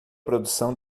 produção